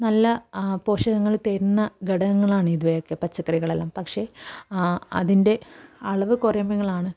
നല്ല പോഷകങ്ങൾ തരുന്ന ഘടകങ്ങളാണ് ഇവയൊക്കെ പച്ചക്കറികളെല്ലാം പക്ഷെ ആ അതിൻ്റെ അളവ് കുറയുമ്പോഴാണ്